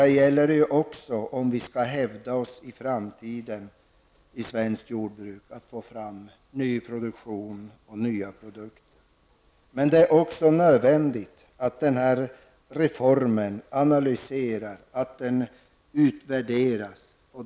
Här gäller det ju också om vi skall hävda oss i framtiden i svenskt jordbruk genom att få fram ny produktion och nya produkter. Det är också nödvändigt att den här reformen analyseras och att den utvärderas.